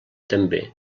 també